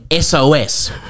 SOS